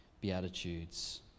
Beatitudes